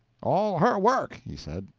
all her work, he said,